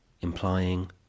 implying